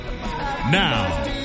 Now